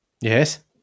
Yes